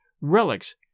relics